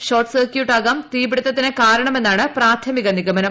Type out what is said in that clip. short സർക്ക്യൂട്ടാകാം തീപിടിത്തത്തിന് കാരണമെന്നാണ് പ്രാഥമിക നിഗമനം